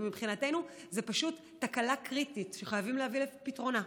ומבחינתנו זאת פשוט תקלה קריטית שחייבים להביא לפתרונה.